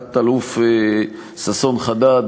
תת-אלוף ששון חדד,